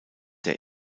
der